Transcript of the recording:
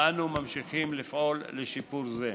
ואנו ממשיכים לפעול לשיפור זה.